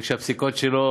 וכשהפסיקות שלו